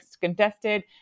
contested